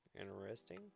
Interesting